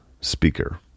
speaker